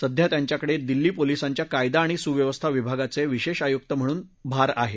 सध्या त्यांच्याकडे दिल्ली पोलिसांच्या कायदा आणि सुव्यवस्था विभागाचे विशेष आयुक्त म्हणून कार्यभार आहे